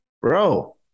Bro